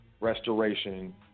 restoration